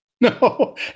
No